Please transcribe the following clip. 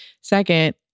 Second